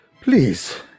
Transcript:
please